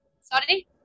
Sorry